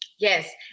Yes